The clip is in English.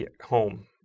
home